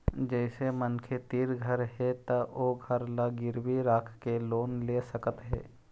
जइसे मनखे तीर घर हे त ओ घर ल गिरवी राखके लोन ले सकत हे